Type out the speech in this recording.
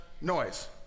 noise